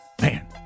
man